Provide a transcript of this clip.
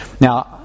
Now